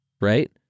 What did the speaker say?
Right